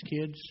kids